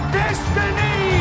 destiny